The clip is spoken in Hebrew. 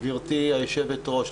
גברתי היושבת-ראש,